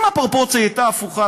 אם הפרופורציה הייתה הפוכה,